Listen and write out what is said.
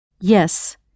Yes